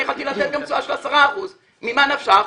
אני יכולתי לתת גם תשואה של 10%. אז ממה נפשך?